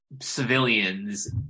civilians